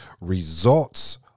results